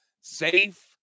safe